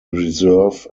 reserve